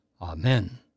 Amen